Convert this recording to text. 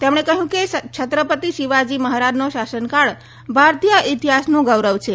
તેમણે કહ્યું કે છત્રપતિ શિવાજી મહારાજનો શાસનકાળ ભારતીય ઇતિહાસનું ગૌરવ છે